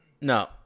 No